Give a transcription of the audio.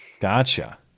Gotcha